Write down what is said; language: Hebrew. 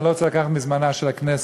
אני לא רוצה לקחת מזמנה של הכנסת,